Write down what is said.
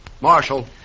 Marshal